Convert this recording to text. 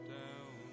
down